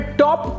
top